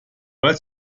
weil